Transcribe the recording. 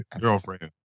girlfriend